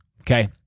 Okay